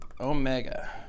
Omega